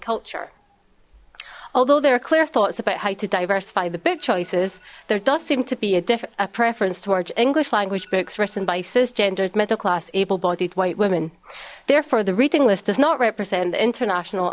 culture although there are clear thoughts about how to diversify the big choices there does seem to be a different preference towards english language books written by cisgendered middle class able bodied white women therefore the reading list does not represent the international